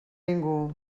ningú